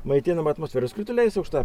maitinama atmosferos krituliais aukšta